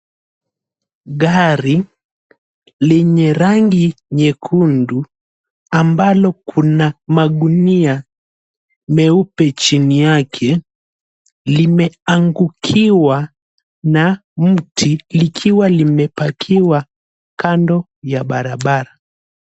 Gari lenye rangi nyekundu ambalo kuna magunia meupe chini yake limeangukiwa na mti likiwa limepakiwa kando ya barabara.